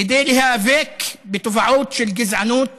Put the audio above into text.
כדי להיאבק בתופעות של גזענות,